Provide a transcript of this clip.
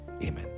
Amen